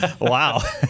Wow